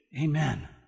amen